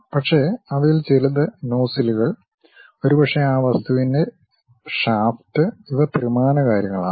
പക്ഷേ അവയിൽ ചിലത് നോസിലുകൾ ഒരുപക്ഷേ ആ വസ്തുവിന്റെ ഷാഫ്റ്റ് ഇവ ത്രിമാന കാര്യങ്ങളാണ്